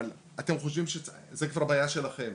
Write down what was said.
זה כבר בעיה שלכם.